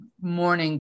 morning